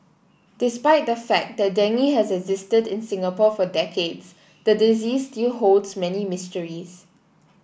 despite the fact that dengue has existed in Singapore for decades the disease still holds many mysteries